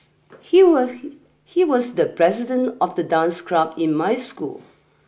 he was he he was the president of the dance club in my school